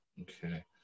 Okay